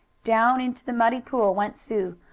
down into the muddy pool went sue,